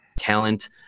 talent